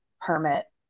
permit